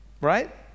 Right